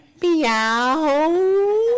Meow